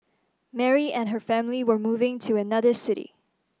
Mary and her family were moving to another city